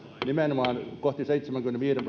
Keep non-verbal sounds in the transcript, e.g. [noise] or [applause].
nimenomaan kohti seitsemänkymmenenviiden [unintelligible]